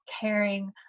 caring